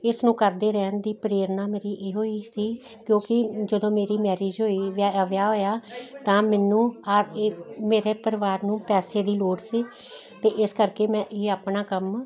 ਇਸ ਨੂੰ ਕਰਦੇ ਰਹਿਣ ਦੀ ਪ੍ਰੇਰਨਾ ਮੇਰੀ ਇਹੋ ਹੀ ਸੀ ਕਿਉਂਕਿ ਜਦੋਂ ਮੇਰੀ ਮੈਰਿਜ ਹੋਈ ਵਿਆਹ ਵਿਆਹ ਹੋਇਆ ਤਾਂ ਮੈਨੂੰ ਆ ਏ ਮੇਰੇ ਪਰਿਵਾਰ ਨੂੰ ਪੈਸੇ ਦੀ ਲੋੜ ਸੀ ਤਾਂ ਇਸ ਕਰਕੇ ਮੈਂ ਇਹ ਆਪਣਾ ਕੰਮ